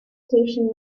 station